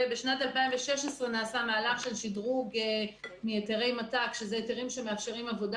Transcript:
בשנת 2016 נעשה מהלך של שדרוג מהיתרי מת"ק שזה היתרים שמאפשרים עבודה